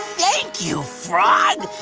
thank you, frog!